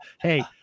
Hey